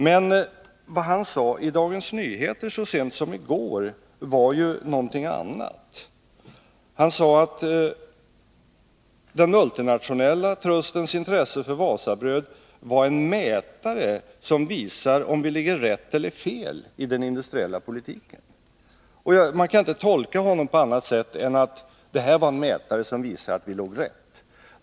Men vad han sade i Dagens Nyheter så sent som i går var någonting annat. Han sade att den multinationella trustens intresse för Wasabröd var en mätare som visar om vi ligger rätt eller fel i den industriella politiken. Man kaninte tolka honom på annat sätt än att detta var en mätare som visade att vi låg rätt.